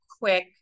quick